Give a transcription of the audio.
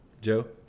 Joe